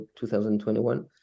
2021